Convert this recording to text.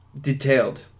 detailed